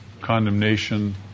condemnation